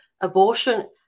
abortion